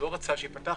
הוא לא רצה שייפתח,